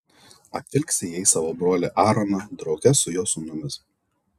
apvilksi jais savo brolį aaroną drauge su jo sūnumis